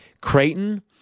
Creighton